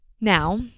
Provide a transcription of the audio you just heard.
Now